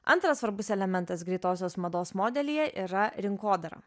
antras svarbus elementas greitosios mados modelyje yra rinkodara